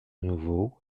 nouveau